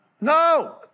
No